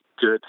good